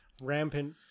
rampant